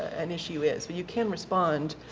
an issue is. but you can respond